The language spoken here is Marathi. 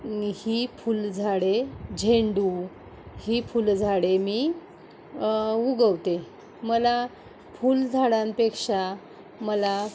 ही फुल झाडे झेंडू ही फुल झाडे मी उगवते मला फुल झाडांपेक्षा मला